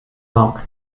york